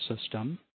system